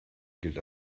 gilt